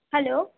hello